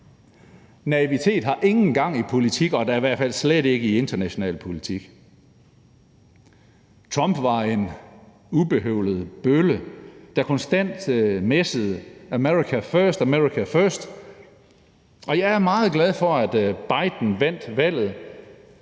Naivitet har ingen gang i politik og da slet ikke i international politik. Trump var en ubehøvlet bølle, der konstant messede »America first, America first«, og jeg er meget glad for, at Biden vandt valget,